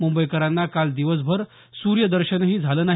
मुंबईकरांना काल दिवसभर सूर्यदर्शनही झालं नाही